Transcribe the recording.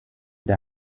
der